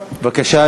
בבקשה.